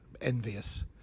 envious